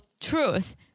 truth